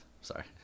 sorry